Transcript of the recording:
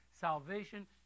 salvation